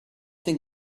think